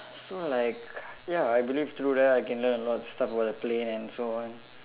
so like ya I believe through that I can learn a lot of stuff about the plane and so on